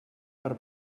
per